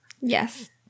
Yes